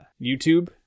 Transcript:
youtube